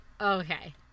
okay